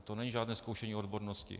To není žádné zkoušení odbornosti.